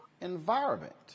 environment